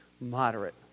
moderate